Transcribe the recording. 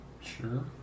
Sure